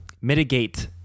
mitigate